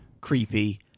creepy